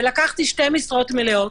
ולקחתי שתי משרות מלאות.